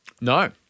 No